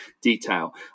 detail